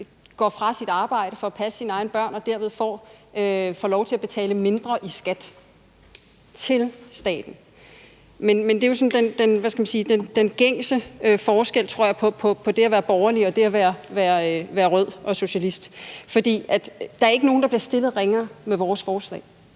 går fra sit arbejde for at passe sine egne børn og derved får lov til at betale mindre i skat til staten. Men det er jo, tror jeg, den gængse forskel på det at være borgerlig og det at være rød og socialist. Der er ikke nogen, der bliver stillet ringere med vores forslag